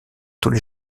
tollé